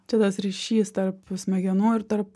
čia ryšys tarp smegenų ir tarp